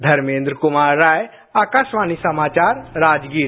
धर्मेन्द्र कुमार राय आकाशवाणी समाचार राजगीर